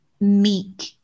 meek